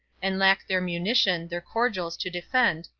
and lack their munition, their cordials to defend,